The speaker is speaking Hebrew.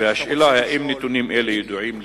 והשאלה היא: האם נתונים אלה ידועים לכבודו,